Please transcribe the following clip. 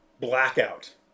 blackout